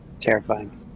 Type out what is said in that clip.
Terrifying